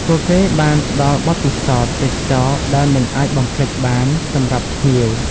ពួកគេបានផ្តល់បទពិសោធន៍ទេសចរណ៍ដែលមិនអាចបំភ្លេចបានសម្រាប់ភ្ញៀវ។